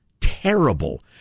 Terrible